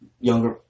younger